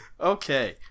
Okay